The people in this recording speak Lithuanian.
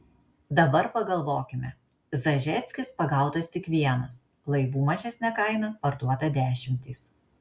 dabar pagalvokime zažeckis pagautas tik vienas laivų mažesne kaina parduota dešimtys